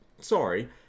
sorry